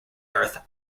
earth